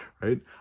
right